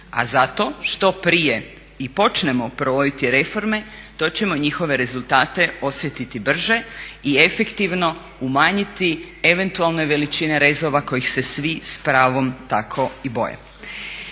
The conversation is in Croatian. A zato što prije i počnemo provoditi reforme to ćemo njihove rezultate osjetiti brže i efektivno umanjiti eventualne veličine rezova kojih se svi s pravom tako i boje.